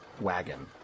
wagon